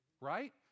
right